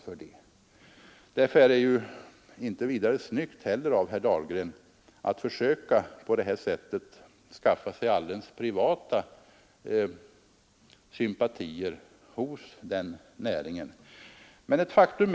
D detta sätt försö Men ett faktum r det inte vidare snyggt av herr Dahlgren att på a ffa sig alldeles privata sympatier hos den näringen.